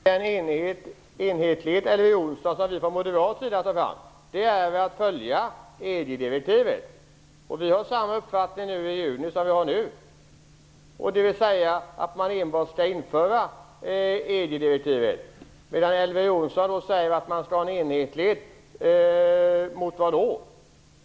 Herr talman! Den enhetlighet som vi från moderat sida tar fram är att följa EG-direktivet. Vi har samma uppfattning nu som i juni, dvs. att man enbart skall införa EG-direktivet. Elver Jonsson säger att vi skall ha en enhetlighet - mot vad då?